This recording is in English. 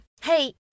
Hey